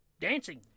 dancing